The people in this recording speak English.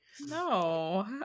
No